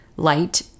light